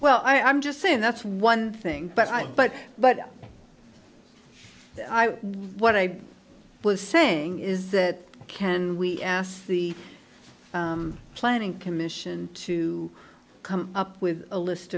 well i'm just saying that's one thing but i but but what i was saying is that can we ask the planning commission to come up with a list